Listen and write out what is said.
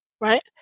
Right